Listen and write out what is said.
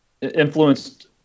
influenced